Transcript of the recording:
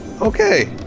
Okay